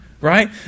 right